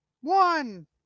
one